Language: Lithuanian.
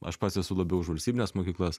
aš pats esu labiau už valstybines mokyklas